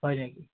হয় নেকি